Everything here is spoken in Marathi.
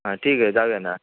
हां ठीक आहे जाऊया ना